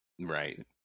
right